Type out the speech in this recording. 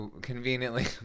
Conveniently